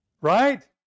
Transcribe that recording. Right